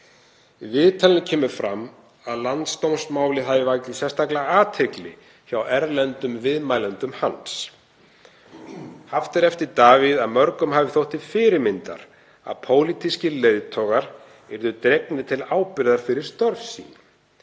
viðtalinu kemur fram að landsdómsmálið hafi vakið sérstaka athygli hjá erlendum viðmælendum hans. Haft er eftir Davíð að mörgum hafi þótt til fyrirmyndar að pólitískir leiðtogar yrðu dregnir til ábyrgðar fyrir störf sín.